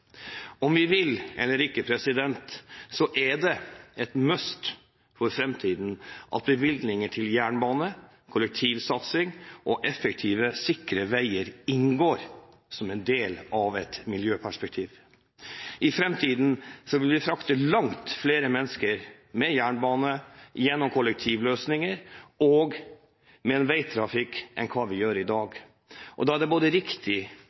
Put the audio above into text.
Om vi vil eller ikke, er det et must for framtiden at bevilgninger til jernbane, kollektivsatsing og effektive, sikre veier inngår som en del av et miljøperspektiv. I framtiden vil vi frakte langt flere mennesker med jernbane, med kollektivløsninger og med veitrafikk enn det vi gjør i dag. Da er både riktig